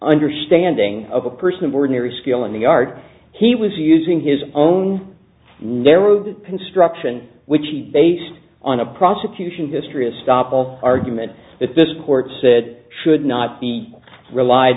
understanding of a person of ordinary skill in the art he was using his own narrowed construction which he based on a prosecution history of stoppel argument that this court said should not be relied